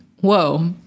whoa